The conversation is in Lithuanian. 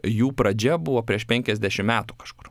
jų pradžia buvo prieš penkiasdešim metų kažkur